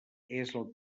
que